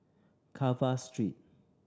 Carver Street